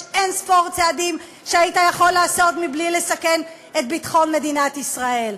יש אין-ספור צעדים שהיית יכול לעשות בלי לסכן את ביטחון מדינת ישראל.